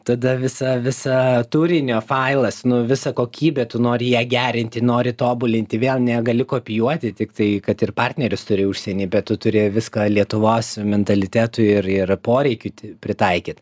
tada visa visa turinio failas nu visa kokybė tu nori ją gerinti nori tobulinti vėl negali kopijuoti tiktai kad ir partnerius turi užsieny bet tu turi viską lietuvos mentalitetui ir ir poreikiui pritaikyt